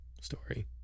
story